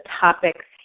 topics